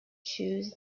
choose